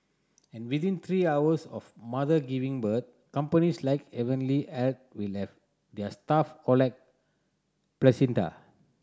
and within three hours of mother giving birth companies like Heavenly Health will have their staff collect placenta